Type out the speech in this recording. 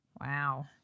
Wow